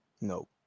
no